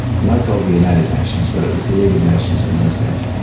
now called the united nations but it was the league of nations in those days.